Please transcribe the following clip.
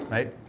Right